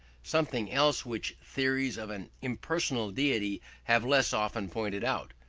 something else which theories of an impersonal deity have less often pointed out.